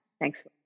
Thanks